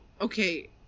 okay